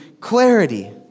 clarity